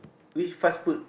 which fast food